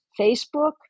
Facebook